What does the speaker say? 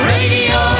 Radio